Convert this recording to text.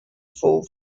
four